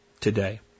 today